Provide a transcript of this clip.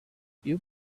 you